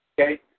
Okay